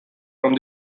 from